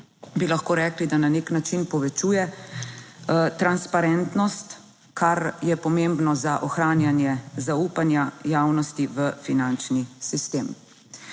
bi lahko rekli, da na nek način povečuje transparentnost, kar je pomembno za ohranjanje zaupanja javnosti v finančni sistem.